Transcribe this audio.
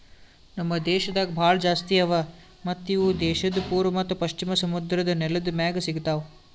ನಮ್ ದೇಶದಾಗ್ ಭಾಳ ಜಾಸ್ತಿ ಅವಾ ಮತ್ತ ಇವು ದೇಶದ್ ಪೂರ್ವ ಮತ್ತ ಪಶ್ಚಿಮ ಸಮುದ್ರದ್ ನೆಲದ್ ಮ್ಯಾಗ್ ಸಿಗತಾವ್